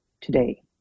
today